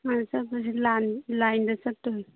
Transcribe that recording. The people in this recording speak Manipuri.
ꯑꯥꯗ ꯆꯠꯄꯁꯦ ꯂꯥꯏꯟꯗ ꯆꯠꯇꯣꯏꯅꯤ